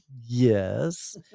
yes